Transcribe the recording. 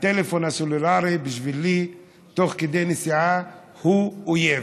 הטלפון הסלולרי בשבילי, תוך כדי נסיעה, הוא אויב.